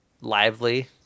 lively